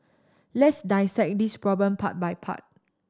let's dissect this problem part by part